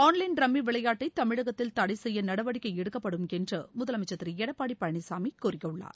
online ரம்மிவிளையாட்டைதமிழகத்தில் தடைசெய்யநடவடிக்கைஎடுக்கப்படும் என்றுமுதலமைச்சர் திருஎடப்பாடிபழனிசாமிகூறியுள்ளார்